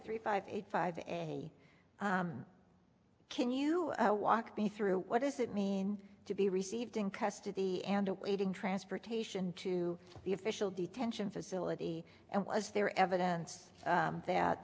three five eight five and hey can you walk me through what does it mean to be received in custody and awaiting transportation to the official detention facility and was there evidence that